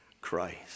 Christ